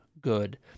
good